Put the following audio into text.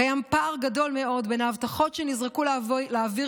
קיים פער גדול מאוד בין ההבטחות שנזרקו לאוויר